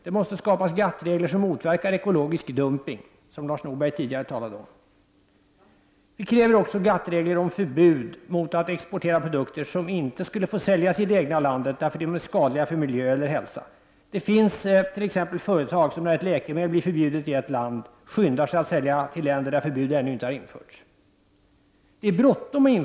Som Lars Norberg tidigare talade om måste det skapas GATT-regler som motverkar ekologisk dumpning. Vi kräver också GATT-regler om förbud mot att exportera produkter som inte får säljas i det egna landet, eftersom de är skadliga för miljö eller hälsa. Det finns t.ex. företag som när ett läkemedel blir förbjudet i ett land skyndar sig att sälja till länder där förbud ännu inte har införts. Fru talman!